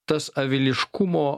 tas aviliškumo